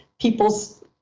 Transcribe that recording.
people's